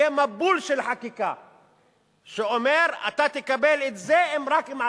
יהיה מבול של חקיקה שאומר: אתה תקבל את זה רק אם עשית,